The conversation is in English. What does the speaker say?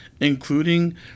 including